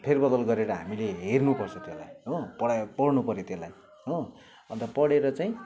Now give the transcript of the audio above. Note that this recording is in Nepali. फेरबदल गरेर हामीले हर्नुपर्छ त्यसलाई हो पढाइ पढ्नुपऱ्यो त्यसलाई हो अन्त पढेर चाहिँ